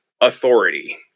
authority